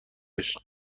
عشق